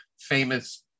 famous